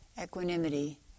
equanimity